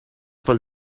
pel